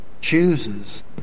chooses